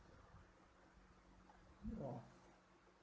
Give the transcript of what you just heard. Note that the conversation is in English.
!whoa!